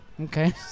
Okay